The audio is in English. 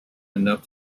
enough